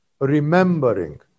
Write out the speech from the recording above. remembering